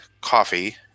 coffee